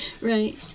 Right